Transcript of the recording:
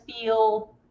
feel